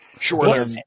Sure